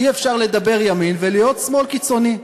אי-אפשר לדבר ימין ולהיות שמאל קיצוני.